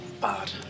bad